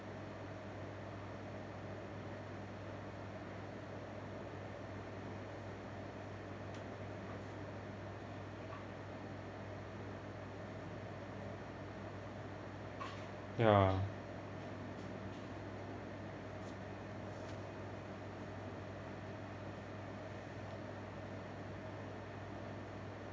ya